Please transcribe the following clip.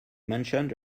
mentioned